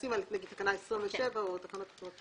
כעסים על תקנה 27 או תקנות אחרות.